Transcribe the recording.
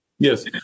Yes